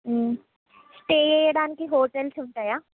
stay చేయడానికి hotels ఉంటాయా